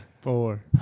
four